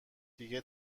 دیگه